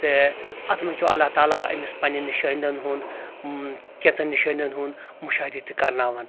تہٕ اتھ منٛز چھُ اللہ تعالیٰ أمِس پننٮ۪ن نِشٲندن ہُنٛد کینٛژن نِشٲنین ہُنٛد مُشٲہدٕ تہِ کرناوان